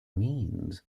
means